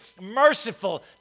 merciful